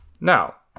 Now